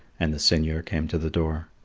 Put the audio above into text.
and the seigneur came to the door.